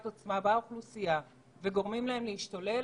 עוצמה באוכלוסייה וגורמים להם להשתולל,